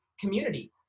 community